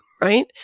right